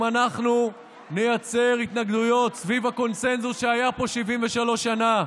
אם אנחנו נייצר התנגדויות סביב הקונסנזוס שהיה פה 73 שנה,